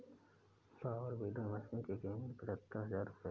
power weeder machine की कीमत पचहत्तर हजार रूपये है